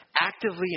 actively